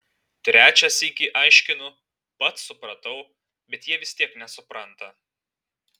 trečią sykį aiškinu pats supratau bet jie vis tiek nesupranta